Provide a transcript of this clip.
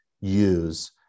use